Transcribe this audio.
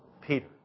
Peter